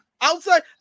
Outside